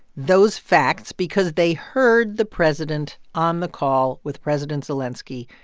those facts, because they heard the president on the call with president zelenskiy.